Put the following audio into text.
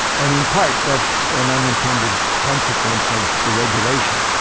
and in part, that's an unintended consequence of the regulation.